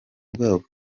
bwabo